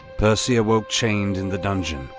percy awoke chained in the dungeon,